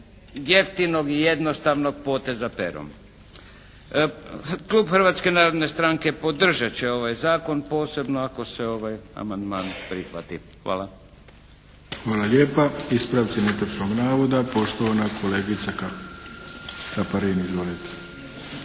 jeftinog i jednostavnog poteza perom. Klub Hrvatske narodne stranke podržat će ovaj zakon, posebno ako se ovaj amandman prihvati. Hvala. **Arlović, Mato (SDP)** Hvala lijepa. Ispravci netočnog navoda, poštovana kolegica Karmela